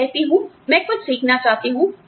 मैं कहती हूं मैं कुछ सीखना चाहती हूं